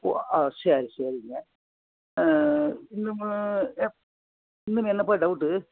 ஓ ஆ சரி சரிங்க இன்னும் எப் இன்னும் என்னப்பா டவுட்டு